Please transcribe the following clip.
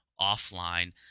offline